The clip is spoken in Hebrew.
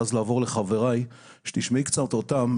ואז לעבור לחבריי כדי שתשמעי קצת אותם,